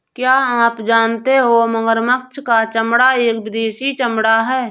क्या आप जानते हो मगरमच्छ का चमड़ा एक विदेशी चमड़ा है